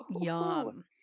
Yum